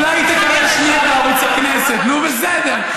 אולי היא תקבל שנייה בערוץ הכנסת, נו, בסדר.